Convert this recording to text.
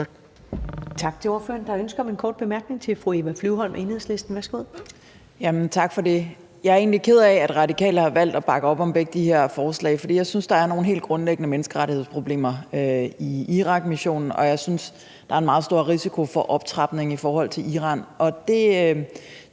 Tak til ordføreren. Der er ønske om en kort bemærkning fra fru Eva Flyvholm, Enhedslisten. Værsgo. Kl. 15:20 Eva Flyvholm (EL): Jamen tak for det. Jeg er egentlig ked af, at Radikale har valgt at bakke op om begge de her forslag, for jeg synes, at der er nogle helt grundlæggende menneskerettighedsproblemer i forhold til Irakmissionen, og jeg synes, at der er en meget stor risiko for optrapning i forhold til Iran. Og det,